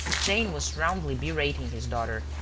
jane was roundly berating his daughter.